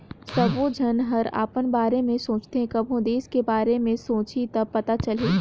सबो झन हर अपन बारे में सोचथें कभों देस के बारे मे सोंचहि त पता चलही